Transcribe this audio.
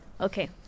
Okay